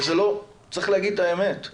צריך להגיד את האמת,